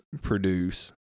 produce